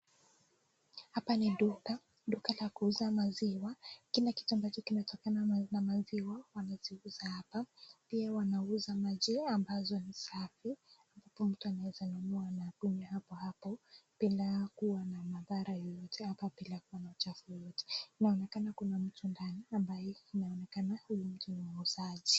Hapa ni duka , duka la kuuza maziwa kila kitu ambacho kinatokana na maziwa wanaziuza hapa ,pia wanauza maji ambazo ni safi mtu anaweza nunua na akunywe hapo hapo bila kuwa na mathara yoyote ama bila kuwa na uchafu wowote , inaonekana kuna mtu ndani ambaye anaonekana huyu mtu ni muuzaji.